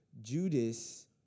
Judas